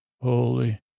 holy